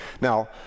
Now